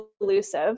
elusive